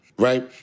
Right